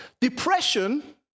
Depression